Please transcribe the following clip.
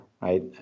right